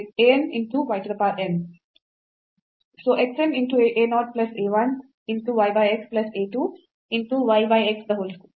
1 x ಅನ್ನು ನಾವು ಭಾಗಿಸಬೇಕಾಗಿದೆ